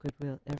goodwill